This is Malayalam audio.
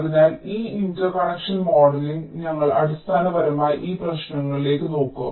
അതിനാൽ ഈ ഇന്റർകണക്ഷൻ മോഡലിംഗ് ഞങ്ങൾ അടിസ്ഥാനപരമായി ഈ പ്രശ്നങ്ങളിലേക്ക് നോക്കും